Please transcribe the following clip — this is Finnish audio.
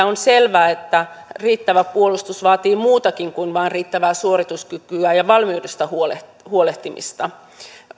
on selvää että riittävä puolustus vaatii muutakin kuin vain riittävää suorituskykyä ja valmiudesta huolehtimista huolehtimista